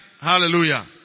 Hallelujah